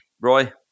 Roy